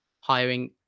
hiring